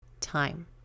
time